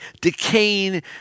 decaying